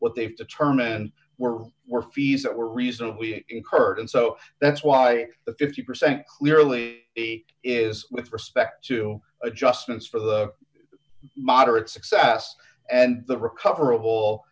what they've determined were more fees that were reasonably incurred and so that's why the fifty percent clearly is with respect to adjustments for the moderate success and the recover